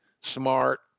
smart